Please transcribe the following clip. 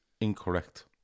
Incorrect